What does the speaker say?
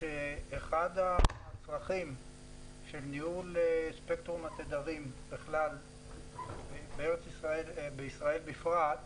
שאחד הצרכים של ניהול ספקטרום התדרים בכלל ובישראל בפרט,